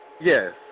Yes